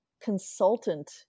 consultant